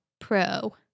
pro